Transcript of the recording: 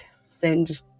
send